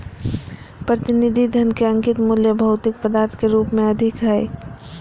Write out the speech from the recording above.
प्रतिनिधि धन के अंकित मूल्य भौतिक पदार्थ के रूप में अधिक हइ